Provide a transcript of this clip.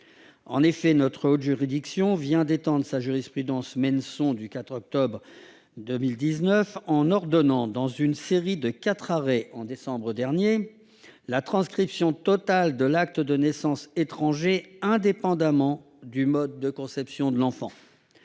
En effet, notre haute juridiction vient d'étendre sa jurisprudence du 4 octobre 2019 en ordonnant, par une série de quatre arrêts rendus en décembre dernier, la transcription totale dans l'état civil français de l'acte de naissance étranger, indépendamment du mode de conception de l'enfant.